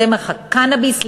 צמח הקנאביס,